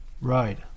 Right